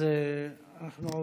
במקום שההוא יעודד אותו,